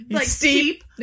steep